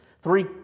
Three